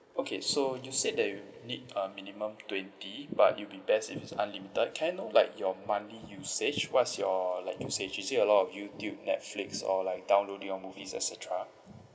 okay so you said that you need uh minimum twenty but it'll be best if it's unlimited can I know like your monthly usage what is your like usage is it a lot of youtube netflix or like downloading your movies et cetera